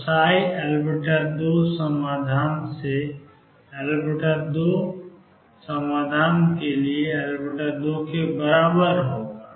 तो L2 समाधान से L2 L2 समाधान के लिए L2 के बराबर होगा